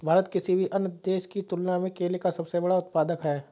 भारत किसी भी अन्य देश की तुलना में केले का सबसे बड़ा उत्पादक है